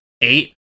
eight